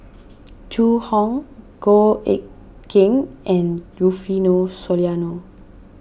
Zhu Hong Goh Eck Kheng and Rufino Soliano